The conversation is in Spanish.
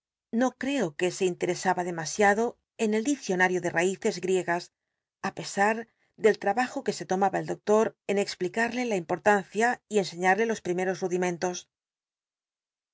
no creo que se in biblioteca nacional de españa da vid copperfield lcresaba demasiado en el diccionario de raíces gl'icgas á pesar del trabajo que se lomaba el doctor en ex licarlc la importancia y enseñarla los primeros rudimenlos